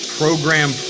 program